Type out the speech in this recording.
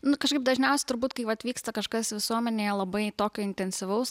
nu kažkaip dažniausia turbūt kai vat vyksta kažkas visuomenėje labai tokio intensyvaus